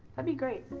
be great,